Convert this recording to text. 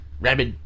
Rabbit